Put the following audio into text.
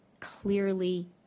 clearly